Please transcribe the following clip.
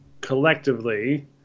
collectively –